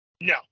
no